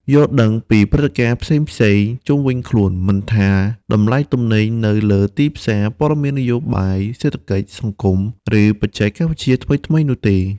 យល់ដឹងពីព្រឹត្តិការណ៍ផ្សេងៗជុំវិញខ្លួន មិនថាតម្លៃទំនិញនៅលើទីផ្សារ ព័ត៌មាននយោបាយ សេដ្ឋកិច្ច សង្គម ឬបច្ចេកវិទ្យាថ្មីៗនោះទេ។